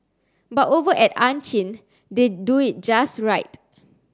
but over at Ann Chin they do it just right